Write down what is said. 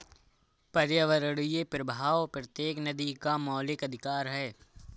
पर्यावरणीय प्रवाह प्रत्येक नदी का मौलिक अधिकार है